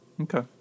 Okay